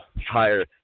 higher